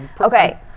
Okay